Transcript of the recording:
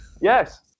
Yes